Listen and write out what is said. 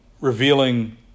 revealing